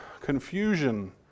confusion